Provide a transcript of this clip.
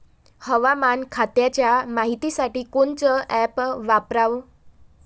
हवामान खात्याच्या मायतीसाठी कोनचं ॲप वापराव?